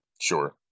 Sure